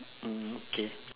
mm K